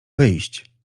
wyjść